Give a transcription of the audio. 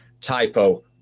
Typo